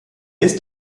ist